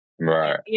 right